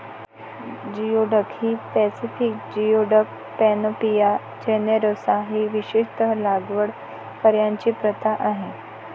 geoduck ही Pacific geoduck, Panopea generosa ही विशेषत लागवड करण्याची प्रथा आहे